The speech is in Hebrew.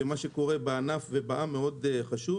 מה שקורה בענף ובעם חשוב מאוד,